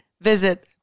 visit